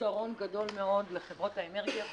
יתרון גדול מאוד לחברות האנרגיה.